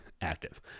active